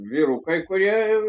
vyrukai kurie